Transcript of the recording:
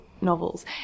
novels